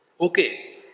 Okay